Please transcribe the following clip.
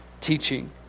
teaching